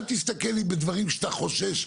אל תסתכל לי בדברים שאתה חושש,